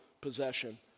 possession